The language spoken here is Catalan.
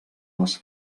les